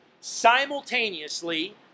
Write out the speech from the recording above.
simultaneously